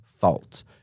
fault